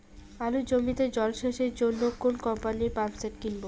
আলুর জমিতে জল সেচের জন্য কোন কোম্পানির পাম্পসেট কিনব?